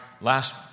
last